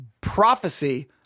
prophecy